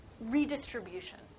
Redistribution